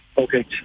Okay